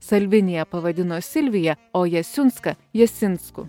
salviniją pavadino silvija o jasiunską jasinsku